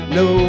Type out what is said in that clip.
no